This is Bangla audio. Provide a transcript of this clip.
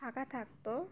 ফাঁকা থাকত